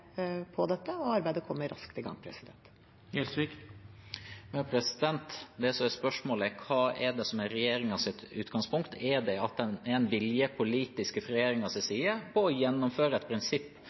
på dette, og arbeidet kommer raskt i gang. Det som er spørsmålet, er: Hva er det som er regjeringens utgangspunkt? Er det at det er politisk vilje fra regjeringens side til å gjennomføre et prinsipp